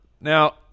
Now